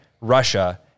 Russia